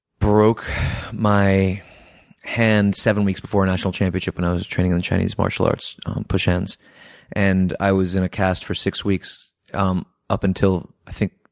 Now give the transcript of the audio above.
broke my hand seven weeks before a national championship when and i was training in chinese martial arts push hands and i was in a cast for six weeks um up until, i think,